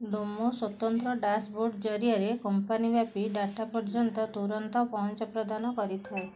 ଡୋମୋ ସ୍ୱତନ୍ତ୍ର ଡାସ୍ବୋର୍ଡ଼ ଜରିଆରେ କମ୍ପାନୀ ବ୍ୟାପୀ ଡାଟା ପର୍ଯ୍ୟନ୍ତ ତୁରନ୍ତ ପହଞ୍ଚ ପ୍ରଦାନ କରିଥାଏ